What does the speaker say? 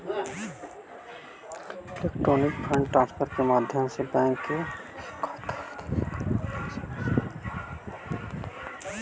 electronic fund transfer के माध्यम से बैंक के एक खाता से दूसर खाते में पैइसा भेजल जा हइ